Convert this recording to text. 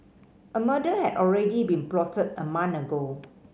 a murder had already been plotted a month ago